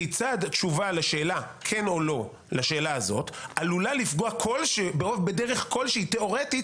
כיצד תשובה כן או לא לשאלה הזאת עלולה לפגוע בדרך כלשהי תיאורטית